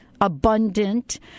abundant